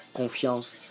confiance